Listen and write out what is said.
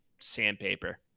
sandpaper